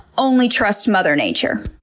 only trust mother nature.